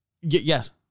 Yes